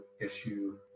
issue